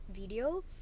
video